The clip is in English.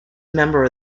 member